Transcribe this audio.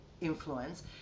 influence